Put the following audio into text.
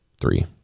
Three